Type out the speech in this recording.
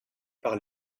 par